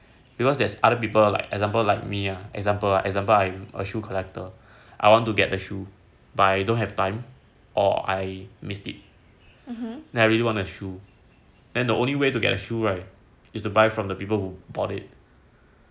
because there's other people like example like me ah example example I'm a shoe collector I want to get the shoe but I don't have time or I missed it then I really want the shoe and the only way to get a shoe right is to buy from the people who bought it